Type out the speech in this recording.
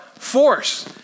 force